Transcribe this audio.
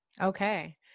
Okay